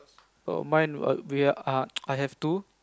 oh mine is I I I have two